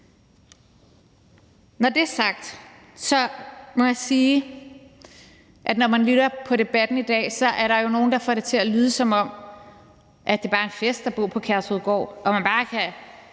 Når det er sagt, må jeg sige, at når man hører debatten i dag, er der jo nogle, der får det til at lyde, som om at det bare er en fest at bo på Kærshovedgård og man bare kan